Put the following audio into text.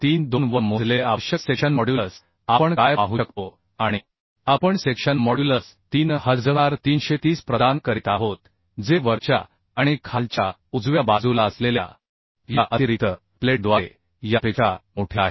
32 वर मोजलेले आवश्यक सेक्शन मॉड्युलस आपण काय पाहू शकतो आणि आपण सेक्शन मॉड्युलस 3330 प्रदान करीत आहोत जे वरच्या आणि खालच्या उजव्या बाजूला असलेल्या या अतिरिक्त प्लेटद्वारे यापेक्षा मोठे आहे